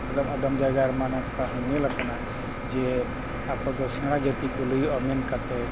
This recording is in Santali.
ᱟᱫᱚ ᱟᱫᱚᱢ ᱡᱟᱜᱨᱟ ᱨᱮᱢᱟ ᱱᱚᱝᱠᱟ ᱦᱚᱸ ᱧᱮᱞ ᱟᱠᱟᱱᱟ ᱡᱮ ᱟᱠᱚ ᱫᱚ ᱥᱮᱬᱟ ᱡᱟᱹᱛᱤ ᱠᱚ ᱞᱟᱹᱭᱜᱼᱟ ᱢᱮᱱ ᱠᱟᱛᱮᱫ